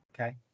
Okay